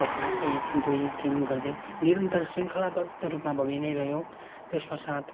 कक्षा एक दुई तिन गर्दै निरन्तर शृङ्खलाबद्ध रूपमा भई नै रह्यो त्यसको साथ